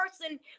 person